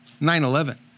9-11